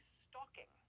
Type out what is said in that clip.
stalking